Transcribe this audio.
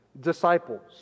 disciples